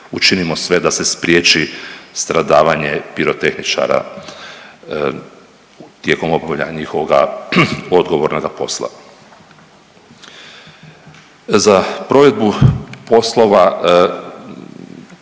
učinimo sve da se spriječi stradavanje pirotehničara tijekom obavljanja njihovoga odgovornoga posla. Za provedbu poslova,